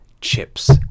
chips